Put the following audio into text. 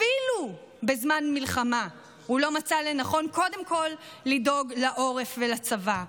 אפילו בזמן מלחמה הוא לא מצא לנכון לדאוג קודם כול לעורף ולצבא,